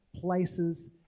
places